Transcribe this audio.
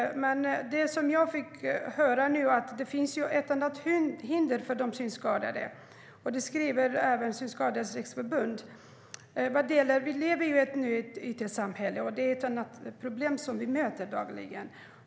Nu fick jag höra att det finns ett annat hinder för de synskadade. Det skriver även Synskadades Riksförbund. Vi lever nu i ett it-samhälle, och det leder till ett annat problem som de möter dagligen.